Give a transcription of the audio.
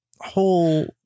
whole